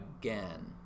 again